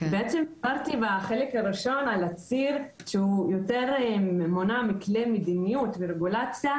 בעצם דיברתי בחלק הראשון על הציר שהוא יותר מונע מכלי מדיניות ורגולציה,